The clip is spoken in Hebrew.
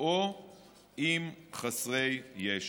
או עם חסרי ישע.